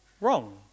wrong